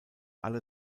alle